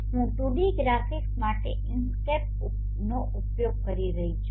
હું 2 D graphics માટે ઇંસ્કેપનો ઉપયોગ કરી રહ્યો છું